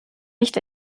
nicht